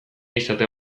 izatea